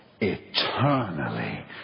eternally